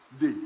Day